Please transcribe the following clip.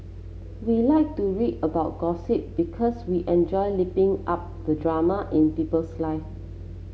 we like to read about gossip because we enjoy lapping up the drama in people's live